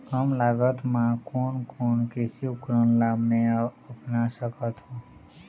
कम लागत मा कोन कोन कृषि उपकरण ला मैं अपना सकथो?